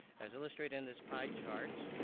as illustrated in this pie chart,